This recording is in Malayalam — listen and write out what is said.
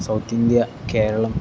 south India Keralam